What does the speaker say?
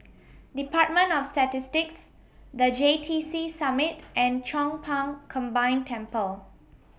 department of Statistics The J T C Summit and Chong Pang Combined Temple